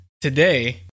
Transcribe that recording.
today